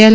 L